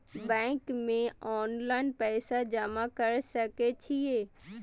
Bank में online पैसा जमा कर सके छीये?